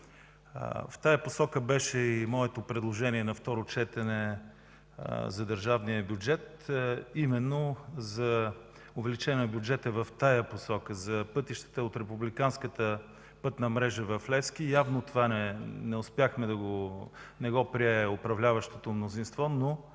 В тази посока беше и моето предложение на второ четене за държавния бюджет, именно за увеличаване на бюджета в тази посока – за пътищата от републиканската пътна мрежа в Левски. Явно това не го прие управляващото мнозинство, но